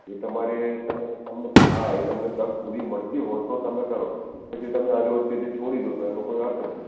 એ તમારે તમે તમને હા એ તમને તક પૂરી મળતી હોય તો તમે કરો પછી તમે અધ વચ્ચેથી છોડી દો તો એનો કોઈ અર્થ નહીં